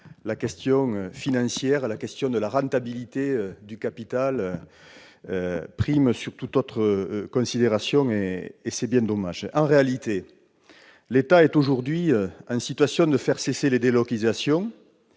je constate que la question de la rentabilité du capital prime toute autre considération, et c'est bien dommage ! En réalité, l'État est aujourd'hui en situation de faire cesser les délocalisations